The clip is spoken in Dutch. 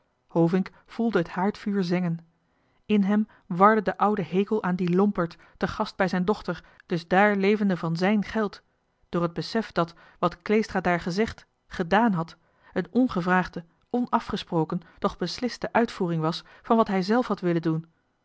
hovink voelde het haardvuur zengen in hem warde de oude hekel aan dien lomperd die te gast bij zijn dochter dus daar levende van zijn geld was door het bewustzijn dat wat kleestra gezegd had gedààn had een ongevraagde onafgesproken doch besliste uitvoering was van wat hij zelf had willen doen